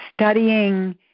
studying